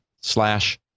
Slash